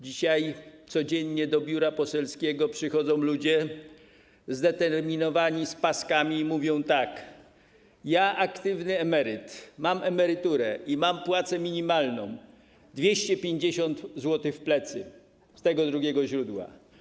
Dzisiaj codziennie do biura poselskiego przychodzą zdeterminowani ludzie z paskami i mówią tak: Ja, aktywny emeryt, mam emeryturę i mam płacę minimalną - 250 zł w plecy z tego drugiego źródła.